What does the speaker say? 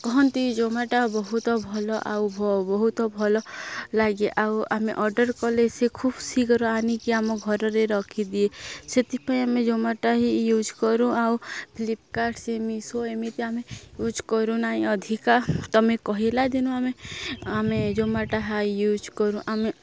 କହନ୍ତି ଜୋମାଟୋ ବହୁତ ଭଲ ଆଉ ବ ବହୁତ ଭଲ ଲାଗେ ଆଉ ଆମେ ଅର୍ଡ଼ର୍ କଲେ ସେ ଖୁବ୍ ଶୀଘ୍ର ଆଣିକି ଆମ ଘରରେ ରଖିଦିଏ ସେଥିପାଇଁ ଆମେ ଜୋମାଟୋ ହିଁ ୟୁଜ୍ କରୁ ଆଉ ଫ୍ଲିପକାର୍ଟ ସେ ମିଶୋ ଏମିତି ଆମେ ୟୁଜ୍ କରୁନାଇଁ ଅଧିକା ତମେ କହିଲା ଦିନୁ ଆମେ ଆମେ ଜୋମାଟୋ ହା ୟୁଜ୍ କରୁ ଆମେ